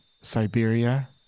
Siberia